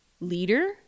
leader